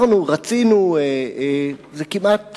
רצינו זה כמעט